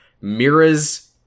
Mira's